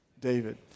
David